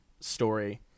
story